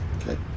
Okay